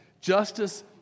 Justice